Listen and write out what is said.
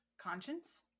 Conscience